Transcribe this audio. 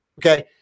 okay